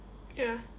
ya